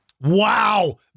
Wow